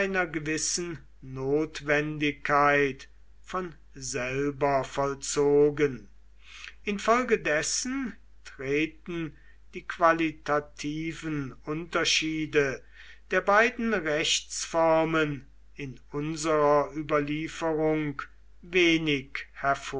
gewissen notwendigkeit von selber vollzogen infolgedessen treten die qualitativen unterschiede der beiden rechtsformen in unserer überlieferung wenig